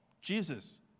Jesus